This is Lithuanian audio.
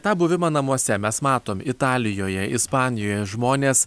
tą buvimą namuose mes matom italijoje ispanijoje žmonės